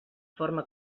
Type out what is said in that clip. forma